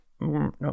no